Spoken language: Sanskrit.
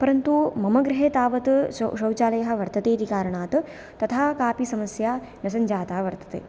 परन्तु मम गृहे तावत् शौचालयः वर्तते इति करणात् तथा कापि समस्या न सञ्जाता वर्तते